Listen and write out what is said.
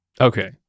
Okay